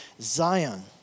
Zion